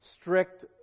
strict